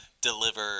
deliver